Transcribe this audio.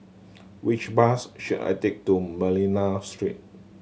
which bus should I take to Manila Street